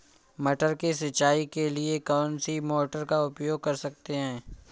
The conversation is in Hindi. मटर की सिंचाई के लिए कौन सी मोटर का उपयोग कर सकते हैं?